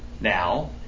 now